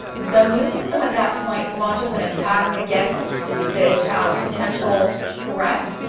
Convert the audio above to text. the immune system at that point launches an attack against this potential threat,